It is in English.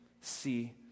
see